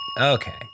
okay